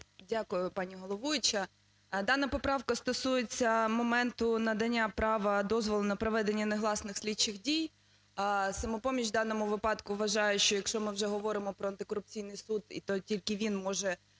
Дякую, пані головуюча. Дана поправка стосується моменту надання права дозволу на проведення негласних слідчих дій. "Самопоміч" у даному випадку вважає, що якщо ми вже говоримо про антикорупційний суд, то тільки він може